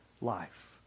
life